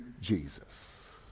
Jesus